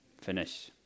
finish